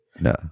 No